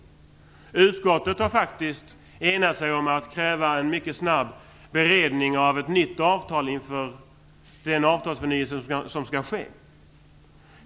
Utskottet har faktiskt enats om att kräva en mycket snabb beredning inför den avtalsförnyelse som skall ske.